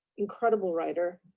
incredible writer,